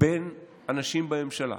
בין אנשים בממשלה